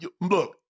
Look